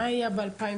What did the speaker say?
מה היה ב-2019,